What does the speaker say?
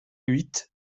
huit